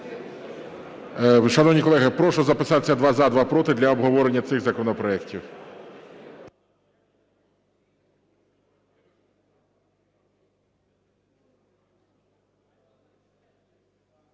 Шановні колеги, прошу записатись два – за, два – проти, для обговорення цих законопроектів.